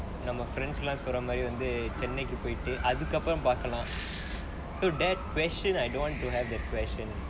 நம்ம:namma friends லாம் சொல்ற மாரி:laam solra maari chennai க்கு போனும்:kku ponum so that question I don't want to have that question